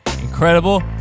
incredible